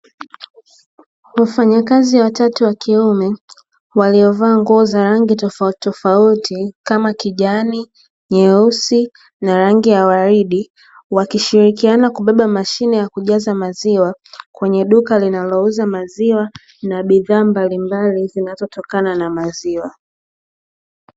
Wafanyakazi watatu wa kiume, waliovaa nguo za rangi tofautitofauti kama kijani, nyeusi na rangi ya uwaridi; wakishirikiana kubeba mashine ya kujaza maziwa, kwenye duka linalouza maziwa na bidhaa mbalimbali zinazotokana na maziwa.